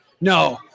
No